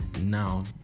Now